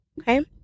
okay